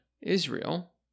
Israel